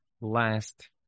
last